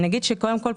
קודם כל,